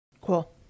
Cool